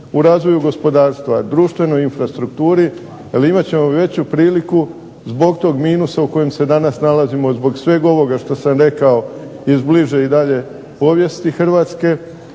u razvoju gospodarstva, društvenoj infrastrukturi, imati ćemo veću priliku zbog toga minusa u kojem se danas nalazimo zbog svega onoga što sam rekao iz bliže i dalje povijesti Hrvatske